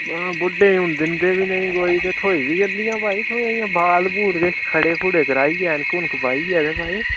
आं बुड्डें गी हून दिन्दे बी नेईं कोई ते थ्होई बी जंदिया भाई बाल बुल किश खड़े खुड़े कराइयै ऐनक ऊनक पाइयै ते भाई